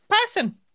person